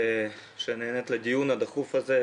שנענית לדיון הדחוף הזה,